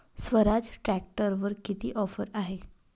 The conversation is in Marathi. स्वराज ट्रॅक्टरवर किती ऑफर आहे?